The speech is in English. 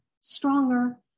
stronger